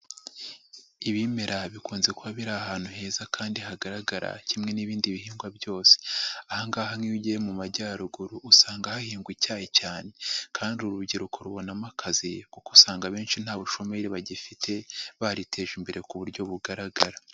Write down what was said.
Ibimera bikunze kuba biri ahantu heza kandi hagaragara kimwe n'ibindi bihingwa byose. Aha ngaha nk'iyo ugiye mu Majyaruguru usanga hahingwa icyayi cyane kandi uru rubyiruko rubonamo akazi kuko usanga abenshi nta bushomeri bagifite bariteje imbere ku buryo bugaragara.